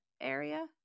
area